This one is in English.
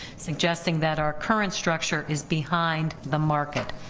suggesting that our current structure is behind the market.